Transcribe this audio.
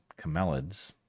camelids